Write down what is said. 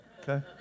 okay